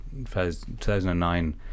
2009